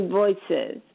voices